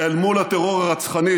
אל מול הטרור הרצחני,